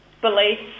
beliefs